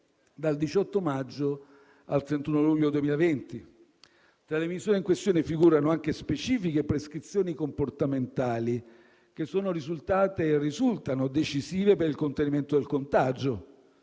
dal 18 maggio al 31 luglio 2020. Tra le misure in questione figurano anche specifiche prescrizioni comportamentali che sono risultate e risultano decisive per il contenimento del contagio: